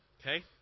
Okay